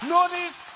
Notice